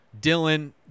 Dylan